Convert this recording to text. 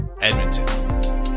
Edmonton